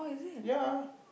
ya